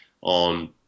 on